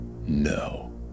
no